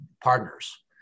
partners